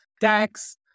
tax